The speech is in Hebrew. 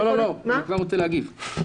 אני כבר רוצה להגיב.